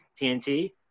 TNT